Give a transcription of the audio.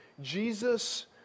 Jesus